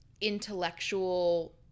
intellectual